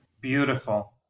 Beautiful